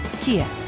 Kia